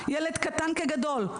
ילד קטן כגדול.